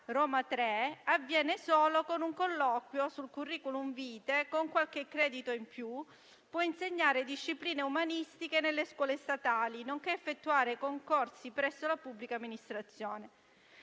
Roma Tre avviene solo con un colloquio sul *curriculum vitae*), con qualche credito in più può insegnare discipline umanistiche nelle scuole statali, nonché effettuare concorsi presso la pubblica amministrazione.